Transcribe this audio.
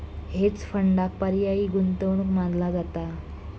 hedge फंडांक पर्यायी गुंतवणूक मानला जाता